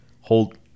hold